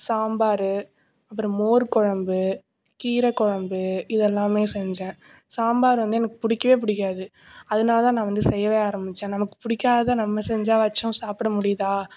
சாம்பார் அப்றம் மோர் குழம்பு கீரை குழம்பு இதெல்லாமே செஞ்சேன் சாம்பார் வந்து எனக்கு பிடிக்கவே பிடிக்காது அதனாலதான் நான் வந்து செய்யவே ஆரம்பிச்சேன் நமக்கு பிடிக்காத நம்ம செஞ்சாவாச்சும் சாப்பிட முடியுதா